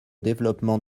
développement